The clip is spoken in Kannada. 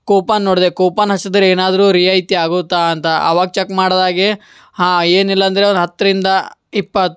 ಕೂಪನ್ ನೋಡಿದೆ ಕೂಪನ್ ಹಚ್ಚಿದ್ರೆ ಏನಾದ್ರೂ ರಿಯಾಯಿತಿ ಆಗುತ್ತಾ ಅಂತ ಆವಾಗ ಚಕ್ ಮಾಡಿದಾಗೆ ಹಾಂ ಏನಿಲ್ಲ ಅಂದರೆ ಅವ್ರು ಹತ್ತರಿಂದ ಇಪ್ಪತ್ತು